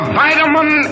vitamin